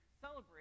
celebrate